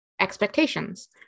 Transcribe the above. expectations